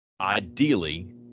ideally